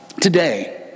today